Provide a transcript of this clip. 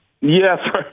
Yes